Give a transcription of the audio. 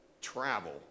travel